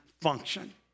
function